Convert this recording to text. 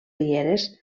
rieres